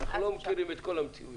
אנחנו לא מכירים את כל המציאויות.